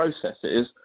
processes